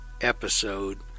episode